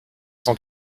cent